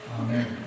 Amen